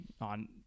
on